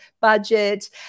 budget